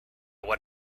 what